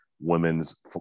women's